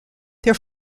their